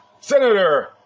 Senator